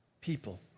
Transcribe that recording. people